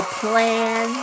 plan